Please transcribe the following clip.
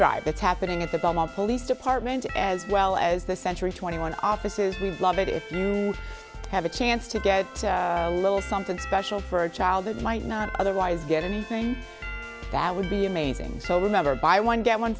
drive that's happening at the belmont police department as well as the century twenty one offices have a chance to get a little something special for a child that might not otherwise get anything that would be amazing so remember buy one get one